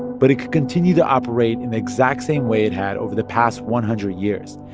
but it could continue to operate in the exact same way it had over the past one hundred years.